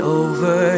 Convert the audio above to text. over